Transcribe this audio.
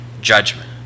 judgment